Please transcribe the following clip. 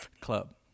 Club